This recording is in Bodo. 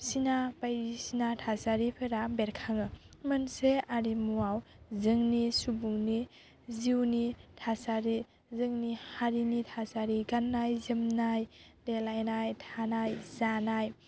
सिना बायदिसिना थासारिफोरा बेरखाङो मोनसे आरिमुआव जोंनि सुबुंनि जिउनि थासारि जोंनि हारिनि थासारि गान्नाय जोमनाय देलायनाय थानाय